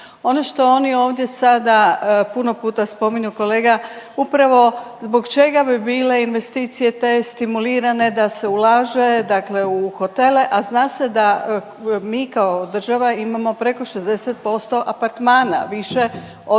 Ono što oni ovdje sada puno puta spominju, kolega upravo zbog čega bi bile investicije te stimulirane da se ulaže dakle u hotele, a zna se da mi kao država imamo preko 60% apartmana više od